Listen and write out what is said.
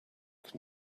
can